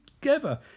Together